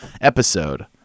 episode